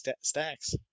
stacks